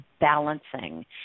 balancing